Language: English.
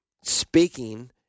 speaking